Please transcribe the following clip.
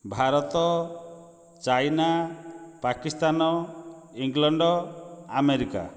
Bharat China Pakistan England America